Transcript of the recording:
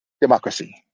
democracy